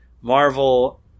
Marvel